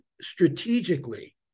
strategically